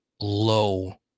low